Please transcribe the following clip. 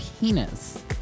penis